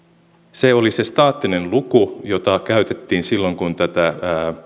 se oli se staattinen luku jota käytettiin silloin kun